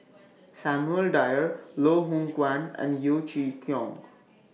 Samuel Dyer Loh Hoong Kwan and Yeo Chee Kiong